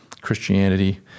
Christianity